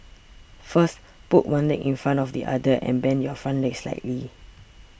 first put one leg in front of the other and bend your front leg slightly